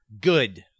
good